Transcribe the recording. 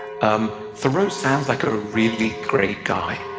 um thoreau sounds like a really great guy.